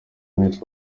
miss